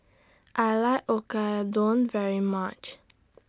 I like Oyakodon very much